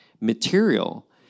material